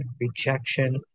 rejection